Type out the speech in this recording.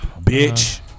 Bitch